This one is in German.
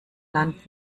land